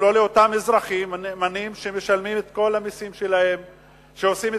אם לא לאותם אזרחים נאמנים שמשלמים את כל המסים שעליהם לשלם,